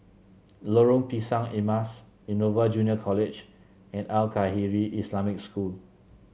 Lorong Pisang Emas Innova Junior College and Al Khairiah Islamic School